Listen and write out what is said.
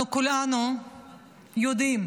אנחנו כולנו יודעים